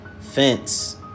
fence